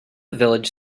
village